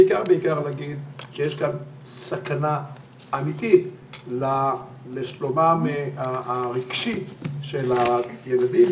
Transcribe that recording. בעיקר נגיד שיש כאן סכנה אמיתית לשלומם הרגשי של הילדים.